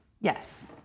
Yes